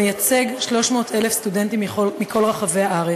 המייצג 300,000 סטודנטים מכל רחבי הארץ.